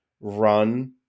run